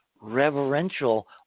reverential